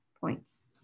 points